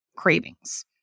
Cravings